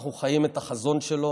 אנחנו חיים את החזון שלו,